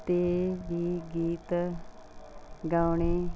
'ਤੇ ਵੀ ਗੀਤ ਗਾਉਣੇ